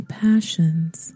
passions